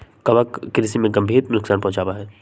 कवक कृषि में गंभीर नुकसान पहुंचावा हई